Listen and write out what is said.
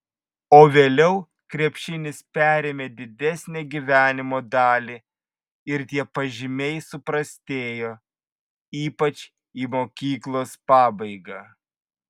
o vėliau krepšinis perėmė didesnę gyvenimo dalį ir tie pažymiai suprastėjo ypač į mokyklos pabaigą